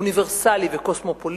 אוניברסלי וקוסמופוליטי,